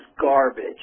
garbage